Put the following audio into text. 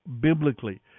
biblically